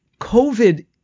COVID